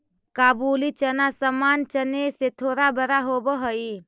काबुली चना सामान्य चने से थोड़ा बड़ा होवअ हई